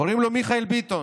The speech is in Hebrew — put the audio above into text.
קוראים לו מיכאל ביטון.